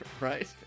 right